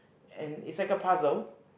and it's like a puzzle